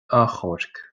achomhairc